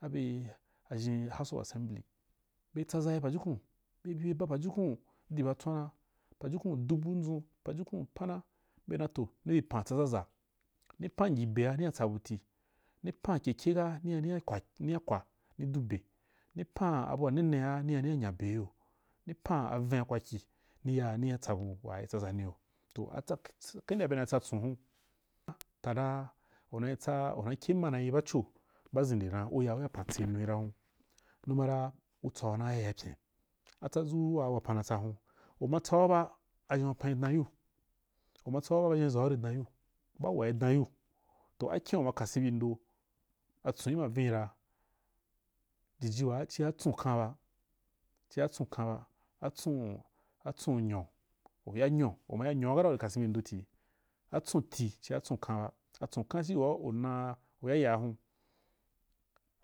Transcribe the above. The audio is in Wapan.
Abe a ʒhen house of assembly be tsaʒa ba pajukun be bi ba pajukun adipa tswana, pajukun dubu ndʒun, pajukun pana be dan toh nibe pan tsaʒaʒa ni pan ngyi bea niya tsa butu, ni pa keke ra niya, niya kwa ni du be, ni pan abu wa ne ne niya niya nya be kiyo ni pan aven wa kwakyi niya niya tsabu wa tsaʒa niyo toh a kenda bena tsa tson hun ta dan u nai tsa u na kyema nayi baco baʒende dan u ya u ya pantsei yo ra hun numa ra u tsauna yaya i pyen a tsadʒu waa wapan na tsa hun u ma tsauba aʒhen wapan rǐ dan yiu u ma tsauba ba ʒhenʒau ri dan yiu, be wuwa iri dan yiu toh akyen u ma kasen ri dan yiu toh akyen u ma kasen bi ndo a tsoni ma vini ra, jiji waa cia tson khan ba, cia tson khan ba a tson’u a tson’u nyo. U ya nyo u ma ya nyo kata u ri kasen bi ndo ti atson til ciia tson khan ba atson khan cii waa u na u yaya ra hun,